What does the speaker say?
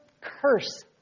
curse